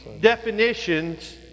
definitions